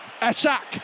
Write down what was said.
Attack